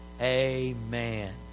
Amen